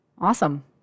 awesome